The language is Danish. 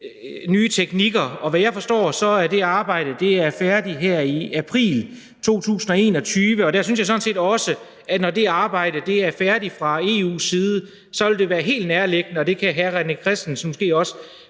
nye teknikker. Og som jeg forstår det, er det arbejde færdigt her i april 2021, og der synes jeg sådan set også, at når det arbejde er færdigt, fra EU's side, så vil det være helt nærliggende – og det kan hr. René Christensen måske også